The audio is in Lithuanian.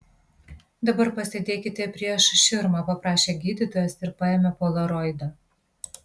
dabar pasėdėkite prieš širmą paprašė gydytojas ir paėmė polaroidą